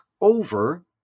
over